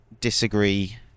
disagree